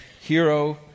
hero